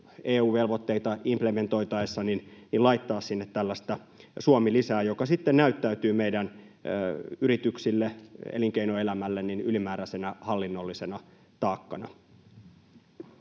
EU-velvoitteita implementoitaessa laittaa sinne tällaista Suomi-lisää, joka sitten näyttäytyy meidän yrityksille, elinkeinoelämälle, ylimääräisenä hallinnollisena taakkana.